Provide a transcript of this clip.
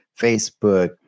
facebook